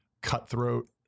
cutthroat